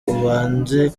ubanze